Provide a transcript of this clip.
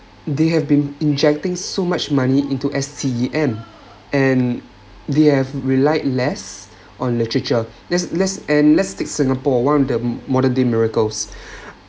they have been injecting so much money into S_T_E_M and they have relied less on literature let’s let’s and let’s take singapore one of the modern day miracles